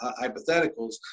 hypotheticals